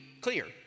clear